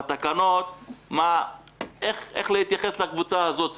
בתקנות איך להתייחס לקבוצה הזאת ספציפית.